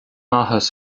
áthas